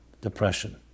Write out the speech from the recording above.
depression